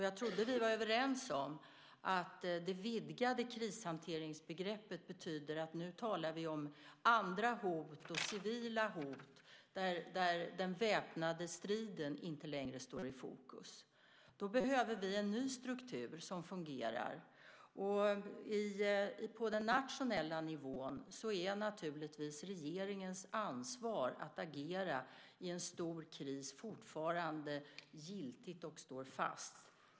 Jag trodde att vi var överens om att det vidgade krishanteringsbegreppet betyder att vi nu talar om andra hot, civila hot, där den väpnade striden inte längre står i fokus. Då behöver vi en ny struktur som fungerar. På den nationella nivån är naturligtvis regeringens ansvar att agera i en stor kris fortfarande giltigt och står fast.